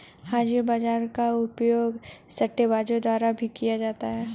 हाजिर बाजार का उपयोग सट्टेबाजों द्वारा भी किया जाता है